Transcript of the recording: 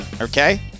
Okay